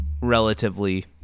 relatively